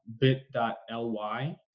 bit.ly